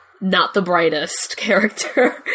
not-the-brightest-character-